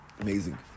Amazing